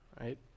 right